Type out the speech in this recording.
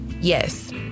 Yes